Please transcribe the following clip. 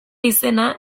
izena